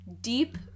deep